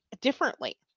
differently